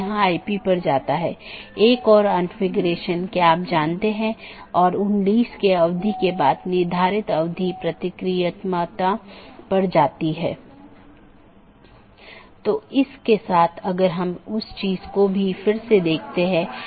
तो ये वे रास्ते हैं जिन्हें परिभाषित किया जा सकता है और विभिन्न नेटवर्क के लिए अगला राउटर क्या है और पथों को परिभाषित किया जा सकता है